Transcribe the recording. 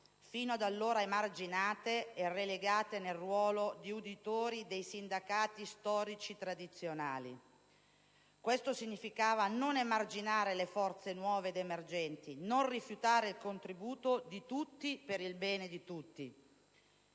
fino ad allora emarginate e relegate nel ruolo di uditori dei sindacati storici tradizionali. Questo significava non emarginare le forze nuove ed emergenti, non rifiutare il contributo di tutti per il bene di tutti.